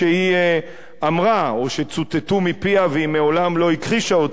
אמרה או שצוטטו מפיה והיא מעולם לא הכחישה אותם.